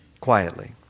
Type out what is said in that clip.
quietly